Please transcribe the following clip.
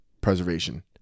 preservation